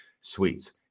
suites